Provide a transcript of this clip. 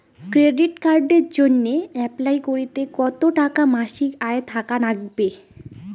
Credit কার্ডের জইন্যে apply করিতে কতো টাকা মাসিক আয় থাকা নাগবে?